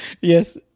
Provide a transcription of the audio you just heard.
yes